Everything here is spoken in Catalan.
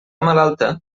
malalta